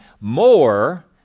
more